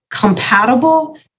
compatible